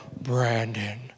Brandon